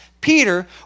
Peter